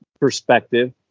perspective